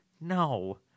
No